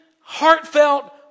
heartfelt